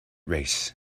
race